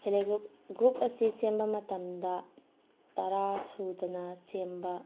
self help group group ꯑꯁꯤ ꯁꯦꯝꯕ ꯃꯇꯝꯗ ꯇꯔꯥ ꯁꯨꯗꯅ ꯁꯦꯝꯕ